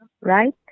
right